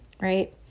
right